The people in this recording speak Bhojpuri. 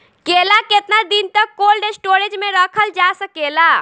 केला केतना दिन तक कोल्ड स्टोरेज में रखल जा सकेला?